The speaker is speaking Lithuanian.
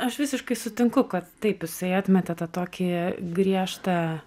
aš visiškai sutinku kad taip jisai atmetė tą tokį griežtą